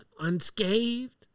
unscathed